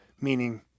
meaning